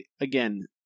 again